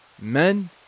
men